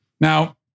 Now